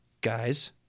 guys